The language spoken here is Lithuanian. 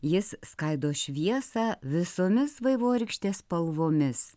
jis skaido šviesą visomis vaivorykštės spalvomis